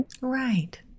Right